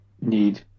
need